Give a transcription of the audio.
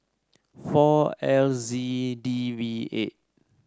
four L Z D V eight